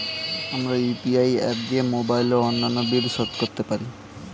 আমরা UPI app দিয়ে mobile ও অন্যান্য বিল শোধ করতে পারি